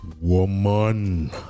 Woman